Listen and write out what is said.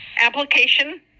application